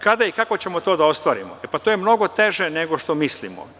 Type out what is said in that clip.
Kada i kako ćemo to da ostvarimo, to je mnogo teže nego što mi mislimo.